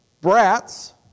brats